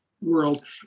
world